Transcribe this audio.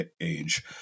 age